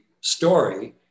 story